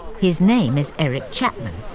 his name is eric chapman,